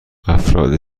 افراد